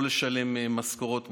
אבל הם לא בחשש של לא לשלם משכורות,